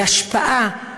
השפעה,